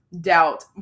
doubt